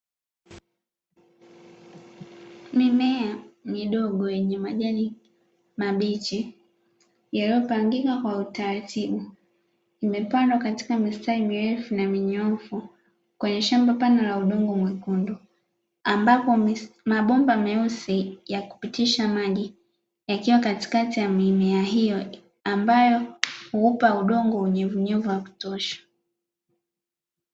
Mimea midogo yenye majani mabichi yaliyopangika kwa utaratibu, imepandwa katika mistari mirefu na minyoofu kwenye shamba pana la udongo mwekundu. Ambapo mabomba meusi ya kupitisha maji yakiwa katikati ya mimea hiyo, ambayo hupa udongo unyevunyevu wa kutosha.